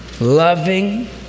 loving